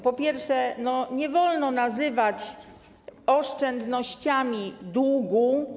Po pierwsze, nie wolno nazywać oszczędnościami długu.